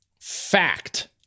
fact